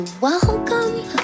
Welcome